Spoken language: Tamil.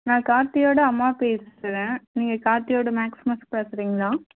நான் கார்த்தியோடய அம்மா பேசுகிறேன் நீங்கள் கார்த்தியோடய மேக்ஸ் மிஸ் பேசுகிறிங்களா